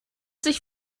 sich